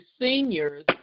seniors